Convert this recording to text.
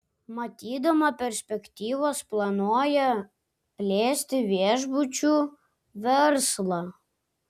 matydama perspektyvas planuoja plėsti viešbučių verslą